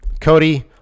Cody